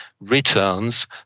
returns